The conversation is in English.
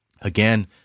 Again